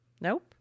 Nope